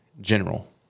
general